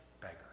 beggar